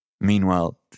Meanwhile